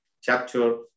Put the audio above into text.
Chapter